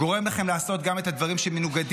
גורמים לכם לעשות גם את הדברים שמנוגדים